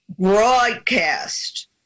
broadcast